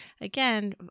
again